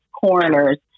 coroners